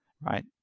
right